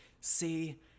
see